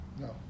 No